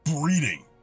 breeding